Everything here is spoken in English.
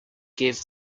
give